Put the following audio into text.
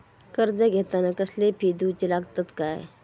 कर्ज घेताना कसले फी दिऊचे लागतत काय?